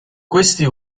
questi